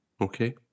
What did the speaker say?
Okay